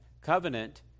covenant